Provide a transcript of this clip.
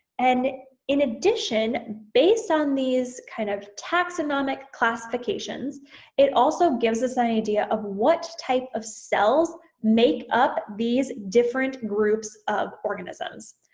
and in addition based on these kind of taxonomic classifications it also gives us an idea of what type of cells make up these different groups of organisms.